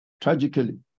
Tragically